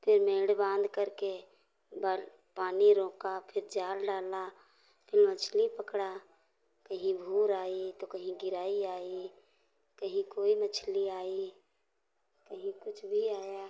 फिर मेढ़ बाँध करके बल पानी रोका फिर जाल डाला फिन मछली पकड़ा कहीं भूर आई तो कहीं गिरई आई कहीं कोई मछली आई कहीं कुछ भी आया